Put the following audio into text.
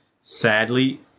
sadly